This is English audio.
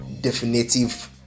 definitive